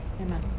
Amen